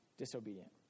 disobedient